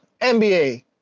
NBA